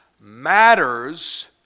matters